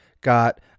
got